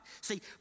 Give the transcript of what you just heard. See